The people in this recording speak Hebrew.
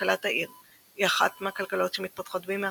כלכלת העיר היא אחת מהכלכלות שמתפתחות במהרה,